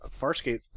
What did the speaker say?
Farscape